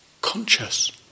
conscious